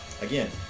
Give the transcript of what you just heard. again